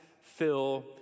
fill